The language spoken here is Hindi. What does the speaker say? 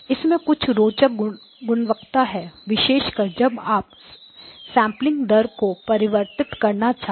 इसमें कुछ रोचक गुणवत्ता है विशेष कर जब आप सेंपलिंग दर को परिवर्तित करना चाहते हो